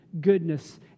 goodness